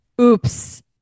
Oops